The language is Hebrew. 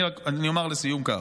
אני אומר לסיום כך: